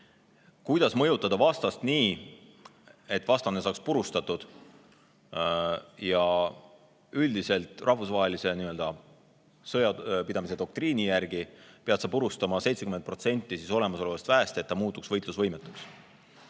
kuidas mõjutada vastast nii, et vastane saaks purustatud. Üldiselt rahvusvahelise sõjapidamise doktriini järgi pead sa purustama 70% olemasolevast väest, et ta muutuks võitlusvõimetuks.